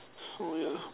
oh yeah